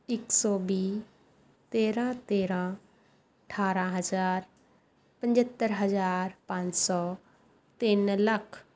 ਇੱਕ ਸੌ ਵੀਹ ਤੇਰਾਂ ਤੇਰਾਂ ਅਠਾਰਾਂ ਹਜ਼ਾਰ ਪੰਝੱਤਰ ਹਜ਼ਾਰ ਪੰਜ ਸੌ ਤਿੰਨ ਲੱਖ